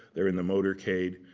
they're in the motorcade.